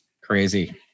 Crazy